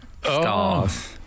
stars